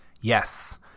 Yes